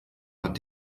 hat